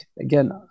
Again